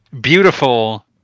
beautiful